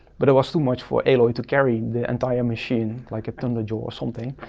but it was too much for aloy to carry, the entire machine, like a tonnage, or something.